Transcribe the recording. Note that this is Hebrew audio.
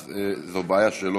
אז זו בעיה שלו,